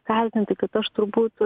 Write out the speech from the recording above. kaltinti kad aš turbūt